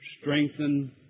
strengthen